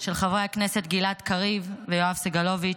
של חברי הכנסת גלעד קריב ויואב סגלוביץ'